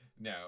No